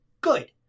good